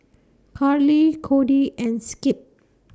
Karly Kody and Skip